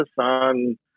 on